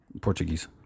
Portuguese